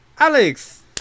Alex